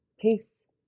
peace